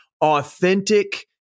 authentic